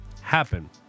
happen